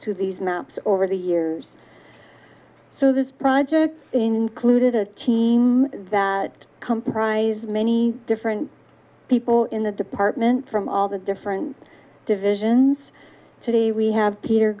to these maps over the years so this project included a team that comprised many different people in the department from all the different divisions today we have peter